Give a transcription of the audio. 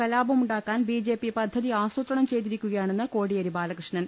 കലാപമുണ്ടാക്കാൻ B J P പദ്ധതി ആസൂത്രണം ചെയ്തിരിക്കുകയാണെന്ന് കോടിയേരി ബാലകൃഷ്ണൻ